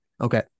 Okay